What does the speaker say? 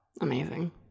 Amazing